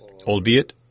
Albeit